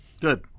good